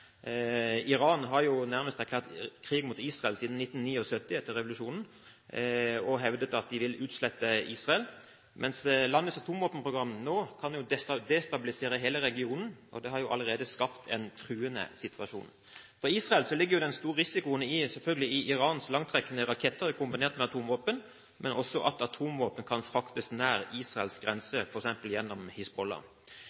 Iran har nærmest erklært krig mot Israel siden 1979, etter revolusjonen, og har hevdet at de vil utslette Israel, mens landets atomvåpenprogram nå kan destabilisere hele regionen. Det har allerede skapt en truende situasjon. For Israel ligger den store risikoen selvfølgelig i Irans langtrekkende raketter kombinert med atomvåpen, men også i det at atomvåpen kan fraktes nær Israels